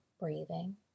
breathing